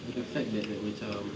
I mean the fact that that macam